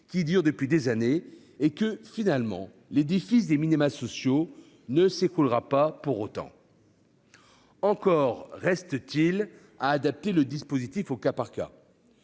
qui dure depuis des années et que l'édifice des minima sociaux ne s'est pas écroulé pour autant ! Encore reste-t-il à adapter le dispositif au cas par cas.